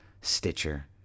Stitcher